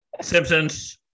Simpsons